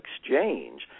exchange